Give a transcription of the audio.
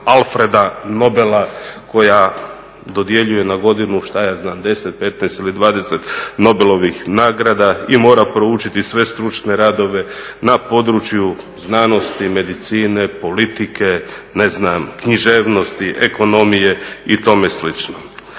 Alfreda Nobela koja dodjeljuje na godinu što ja znam 10, 15 ili 20 Nobelovih nagrada i mora proučiti sve stručne radove na području znanosti, medicine, politike, književnosti, ekonomije i tome slično.